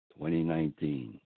2019